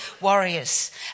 warriors